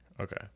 Okay